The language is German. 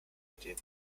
ideen